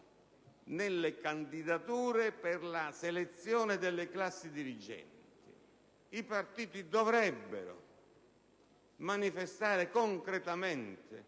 nelle candidature per la selezione delle classi dirigenti? I partiti dovrebbero manifestare concretamente